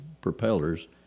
Propellers